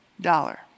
dollar